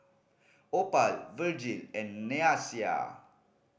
Opal Virgil and Nyasia